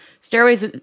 stairways